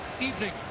evening